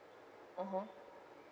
mmhmm